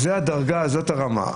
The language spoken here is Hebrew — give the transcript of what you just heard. זאת הדרגה, זאת הרמה.